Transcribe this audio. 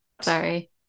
Sorry